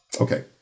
Okay